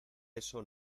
eso